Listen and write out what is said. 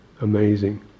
amazing